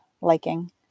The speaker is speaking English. liking